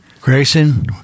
Grayson